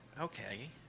Okay